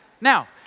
Now